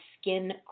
skin